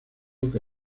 que